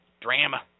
Drama